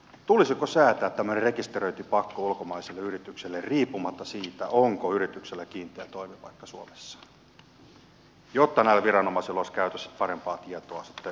tulisiko säätää rekisteröintipakko ulkomaisille yrityksille riippumatta siitä onko yrityksellä kiinteä toimipaikka suomessa jotta viranomaisilla oli käytössä parempaa tietoa siitä yrityksen liiketoiminnasta